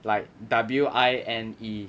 like W I N E